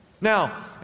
Now